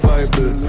Bible